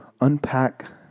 unpack